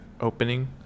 opening